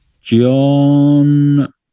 John